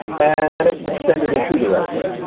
and then it was extended in two directions.